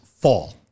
Fall